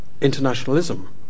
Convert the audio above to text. internationalism